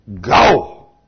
Go